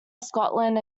scotland